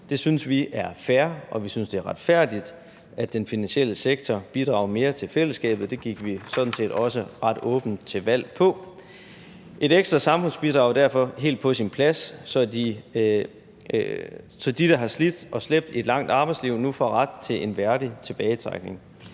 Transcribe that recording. Det synes vi er fair, og vi synes, det er retfærdigt, at den finansielle sektor bidrager mere til fællesskabet. Det gik vi sådan set også ret åbent til valg på. Et ekstra samfundsbidrag er derfor helt på sin plads, så de, der har slidt og slæbt et langt arbejdsliv, nu får ret til en værdig tilbagetrækning.